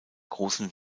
großen